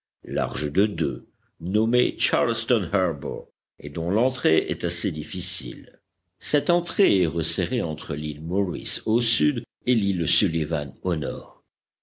large de deux nommé charleston harbour et dont l'entrée est assez difficile cette entrée est resserrée entre l'île morris au sud et l'île sullivan au nord